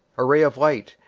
a ray of light,